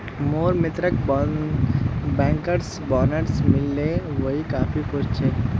मोर मित्रक bankers bonus मिल ले वइ काफी खुश छ